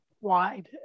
wide